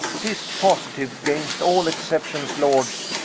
tis positiue against all exceptions, lords,